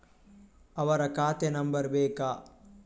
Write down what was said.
ಅವರ ಖಾತೆ ನಂಬರ್ ಬೇಕಾ?